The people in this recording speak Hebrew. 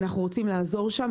אנחנו רוצים לעזור שם,